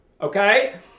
okay